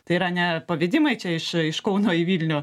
tai yra ne pavedimai čia iš iš kauno į vilnių